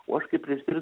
o aš kaip režisierius